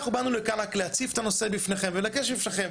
אנחנו באנו לכאן רק להציף את הנושא בפניכם ולגשת בפניכם.